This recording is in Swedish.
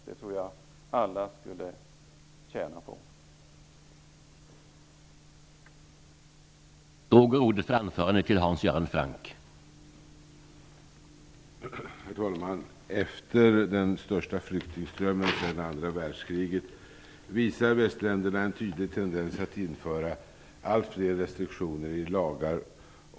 Jag tror att alla skulle tjäna på det.